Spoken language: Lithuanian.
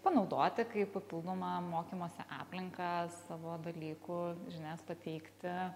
panaudoti kaip papildomą mokymosi aplinką savo dalykų žinias pateikti